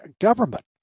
government